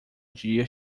dia